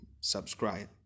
subscribe